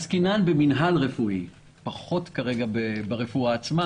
עסקינן במינהל רפואי, כרגע פחות ברפואה עצמה.